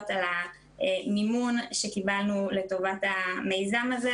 על המימון שקיבלנו לטובת המיזם הזה,